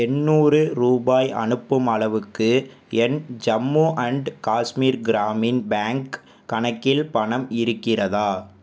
எண்ணூறு ரூபாய் அனுப்பும் அளவுக்கு என் ஜம்மு அன்ட் காஷ்மீர் கிராமின் பேங்க் கணக்கில் பணம் இருக்கிறதா